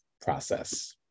process